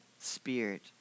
spirit